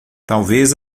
talvez